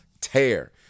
tear